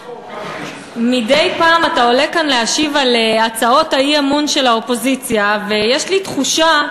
מדי פעם אתה עולה להשיב על הצעות האי-אמון של האופוזיציה ויש לי תחושה,